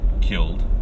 killed